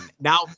Now